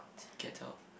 get out